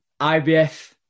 IBF